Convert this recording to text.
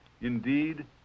Indeed